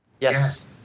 Yes